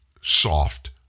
soft